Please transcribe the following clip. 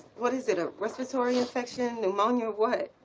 what is it, a respiratory infection, pneumonia, what?